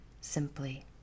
simply